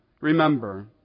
Remember